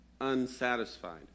unsatisfied